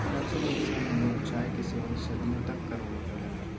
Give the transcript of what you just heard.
प्राचीन एशिया में लोग चाय के सेवन सदियों तक करो हलय